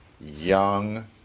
young